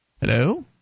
Hello